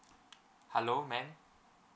hello ma'am